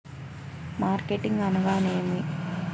Marketing అనగానేమి?